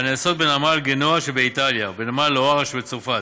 הנעשות בנמל גנואה שבאיטליה ובנמל לוורה שבצרפת.